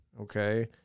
okay